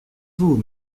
vous